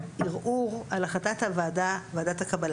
את יכולה להיכנס ולראות את הדוח שהוגש לוועדה על ידי ד"ר שי בן יוסף.